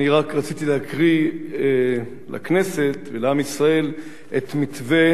אני רק רציתי להקריא לכנסת ולעם ישראל את מתווה